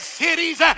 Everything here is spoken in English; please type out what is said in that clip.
cities